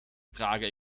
trage